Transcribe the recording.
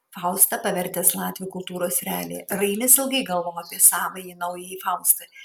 faustą pavertęs latvių kultūros realija rainis ilgai galvojo apie savąjį naująjį faustą